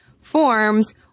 forms